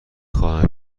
خواهم